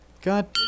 God